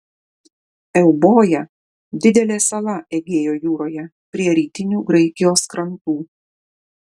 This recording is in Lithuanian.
euboja didelė sala egėjo jūroje prie rytinių graikijos krantų